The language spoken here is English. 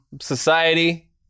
society